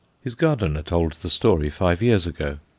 his gardener told the story five years ago.